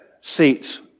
seats